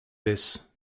this